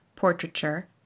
Portraiture